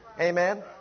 Amen